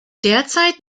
derzeit